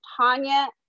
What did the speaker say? Tanya